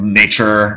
nature